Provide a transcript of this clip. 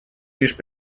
лишь